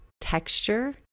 texture